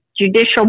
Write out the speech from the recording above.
judicial